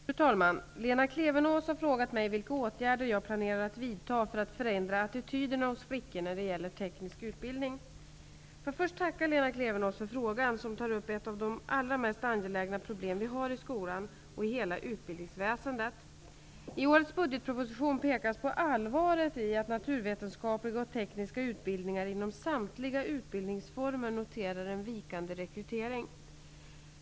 Fru talman! Lena Klevenås har frågat mig vilka åtgärder jag planerar att vidta för att förändra attityderna hos flickor när det gäller teknisk utbildning. Jag vill först tacka Lena Klevenås för frågan. Lena Klevenås tar upp ett av de allra mest angelägna problemen vi har i skolan och i hela utbildningsväsendet. I årets budgetproposition pekas det på allvaret i att man på naturvetenskapliga och tekniska utbildningar inom samtliga utbildningsformer noterar en vikande rekrytering.